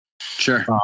Sure